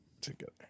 together